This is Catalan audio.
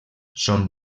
són